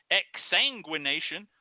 exsanguination